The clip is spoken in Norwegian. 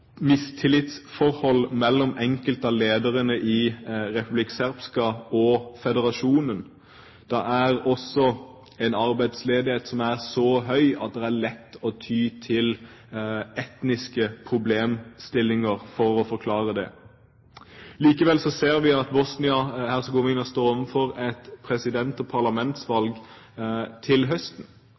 mistillitsforhold mellom enkelte av lederne i Republika Srpska og føderasjonen. Det er også en arbeidsledighet som er så høy at det er lett å ty til etniske problemstillinger for å forklare det. Likevel ser vi at Bosnia-Hercegovina står overfor et president- og parlamentsvalg til høsten.